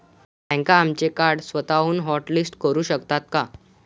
बँका आमचे कार्ड स्वतःहून हॉटलिस्ट करू शकतात का?